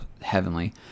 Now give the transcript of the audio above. heavenly